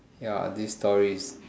ya this story is